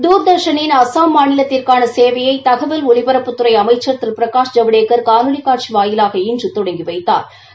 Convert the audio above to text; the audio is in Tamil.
தூர்தா்ஷனின் அஸ்ஸாம் மாநிலத்திற்கான சேவையை தகவல் ஒலிபரப்புத்துறை அமைச்சர் திரு பிரகாஷ் ஜவடேக்கர் காணொலி காட்சி வாயிலாக இன்று தொடங்கி வைத்தாா்